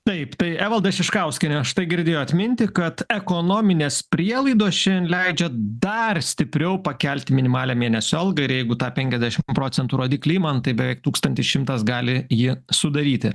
taip tai evalda šiškauskiene štai girdėjot mintį kad ekonominės prielaidos šiandien leidžia dar stipriau pakelti minimalią mėnesio algą ir jeigu tą penkiasdešimt procentų rodiklį imant tai beveik tūkstantis šimtas gali jį sudaryti